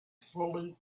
fully